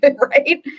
right